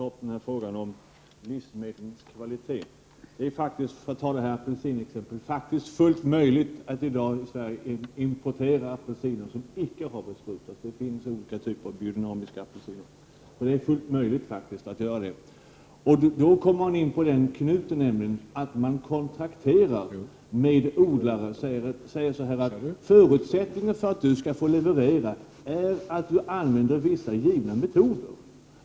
Herr talman! Jag vill återigen ta upp frågan om livsmedlens kvalitet. Det är faktiskt fullt möjligt att i dag till Sverige importera apelsiner som icke har besprutats. Det finns olika typer av biodynamiskt odlade apelsiner. Vad det gäller är naturligtvis att få till stånd kontrakt med odlare. Man säger helt enkelt: Förutsättningen för att du skall få leverera är att du använder vissa givna metoder.